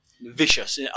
vicious